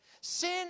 Sin